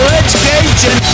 education